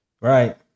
Right